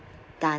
dance